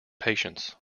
patients